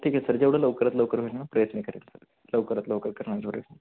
ठीक आहे सर जेवढं लवकरात लवकर होईल ना प्रयत्न करेल लवकरात लवकर करणार प्रयत्न